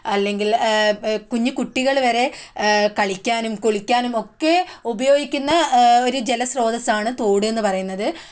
അല്ലെങ്കിൽ കുഞ്ഞ് കുട്ടികൾ വരെ കളിക്കാനും കുളിക്കാനും ഒക്കെ ഉപയോഗിക്കുന്ന ഒരു ജലസ്രോതസ്സാണ് തോടെന്ന് പറയുന്നത്